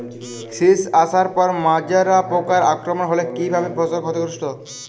শীষ আসার পর মাজরা পোকার আক্রমণ হলে কী ভাবে ফসল ক্ষতিগ্রস্ত?